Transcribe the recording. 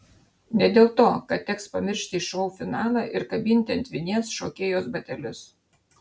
ne dėl to kad teks pamiršti šou finalą ir kabinti ant vinies šokėjos batelius